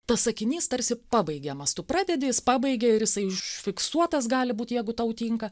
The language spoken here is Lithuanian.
tas sakinys tarsi pabaigiamas tu pradedi jis pabaigia ir jisai užfiksuotas gali būt jeigu tau tinka